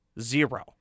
Zero